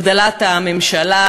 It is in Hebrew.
הגדלת הממשלה,